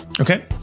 Okay